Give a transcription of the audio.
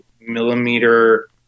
millimeter